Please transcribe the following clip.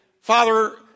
Father